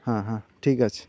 হ্যাঁ হ্যাঁ ঠিক আছে